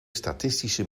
statistische